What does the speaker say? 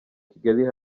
kigali